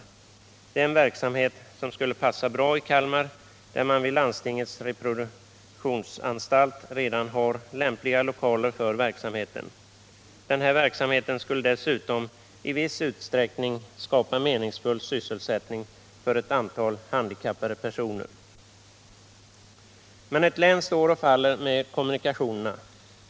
Det är en verksamhet som skulle passa bra i Kalmar, där man vid landstingets reproduktionsanstalt redan har lämpliga lokaler för verksamheten. Den här verksamheten skulle dessutom i viss utsträckning skapa meningsfull sysselsättning för ett antal handikappade personer. Men ett län står och faller med kommunikationerna.